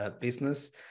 business